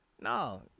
No